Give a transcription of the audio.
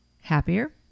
happier